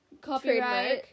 copyright